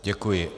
Děkuji.